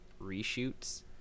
reshoots